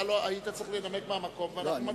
אתה היית צריך לנמק מהמקום והיינו מצביעים.